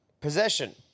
possession